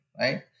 right